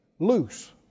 Loose